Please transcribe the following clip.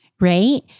right